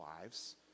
lives